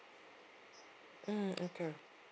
mm okay